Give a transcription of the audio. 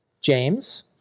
James